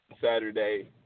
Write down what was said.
Saturday